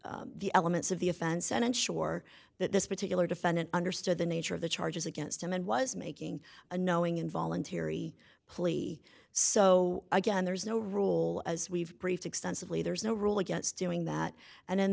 address the elements of the offense and ensure that this particular defendant understood the nature of the charges against him and was making a knowing involuntary plea so again there's no rule as we've briefed extensively there's no rule against doing that and in